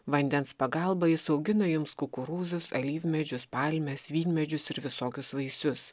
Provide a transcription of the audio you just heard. vandens pagalba jis augino jums kukurūzus alyvmedžius palmes vynmedžius ir visokius vaisius